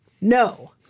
no